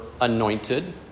anointed